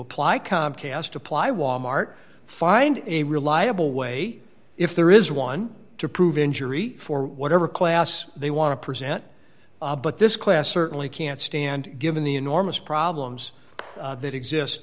apply comcast apply walmart find a reliable way if there is one to prove injury for whatever class they want to present but this class certainly can't stand given the enormous problems that exist